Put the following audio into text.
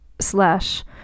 slash